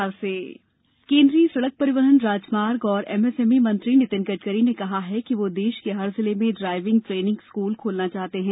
गड़करी केंद्रीय सड़क परिवहन राजमार्ग और एमएसएमई मंत्री नितिन गडकरी कहा है कि वह देश के हर जिले में ड्राइविंग ट्रेनिंग स्कूल खोलना चाहते हैं